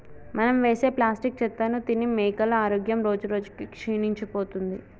మనం వేసే ప్లాస్టిక్ చెత్తను తిని మేకల ఆరోగ్యం రోజురోజుకి క్షీణించిపోతుంది